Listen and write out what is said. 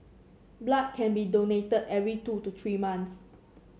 blood can be donated every two to three months